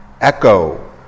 Echo